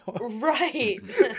right